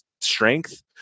strength